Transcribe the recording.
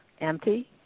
empty